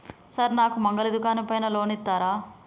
Sir నాకు మంగలి దుకాణం పైన లోన్ ఇత్తరా?